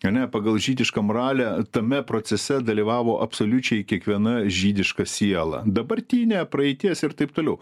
ane pagal žydišką moralę tame procese dalyvavo absoliučiai kiekviena žydiška siela dabartinė praeities ir taip toliau